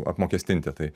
apmokestinti tai